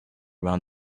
around